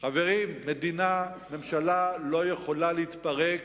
חברים, מדינה, ממשלה, לא יכולה להתפרק